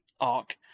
arc